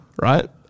right